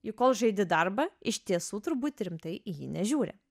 juk kol žaidi darbą iš tiesų turbūt rimtai į jį nežiūri